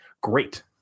great